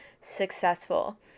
successful